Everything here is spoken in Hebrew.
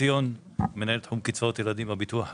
ציון, מנהל תחום קצבאות ילדים בביטוח הלאומי.